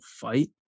fight